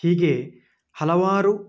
ಹೀಗೆ ಹಲವಾರು